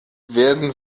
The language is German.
werden